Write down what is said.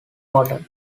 water